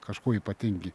kažkuo ypatingi